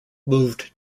moved